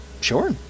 Sure